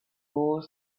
more